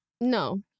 no